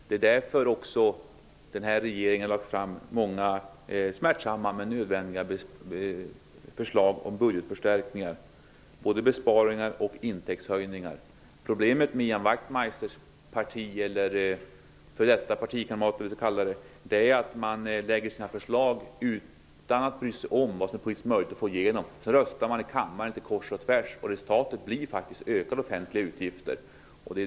Det är därför som regeringen har lagt fram många smärtsamma men nödvändiga förslag om budgetförstärkningar, både besparingar och intäktshöjningar. Problemet med Ian Wachtmeisters parti, eller hans f.d. partikamrater, är att man lägger fram sina förslag utan att bry sig om vad som är politiskt möjligt att få igenom. Sedan röstar man kors och tvärs i kammaren. Resultatet blir ökade offentliga utgifter.